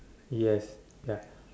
yes ya